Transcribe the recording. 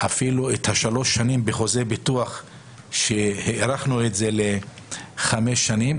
אפילו את השלוש שנים בחוזה ביטוח שהארכנו לחמש שנים,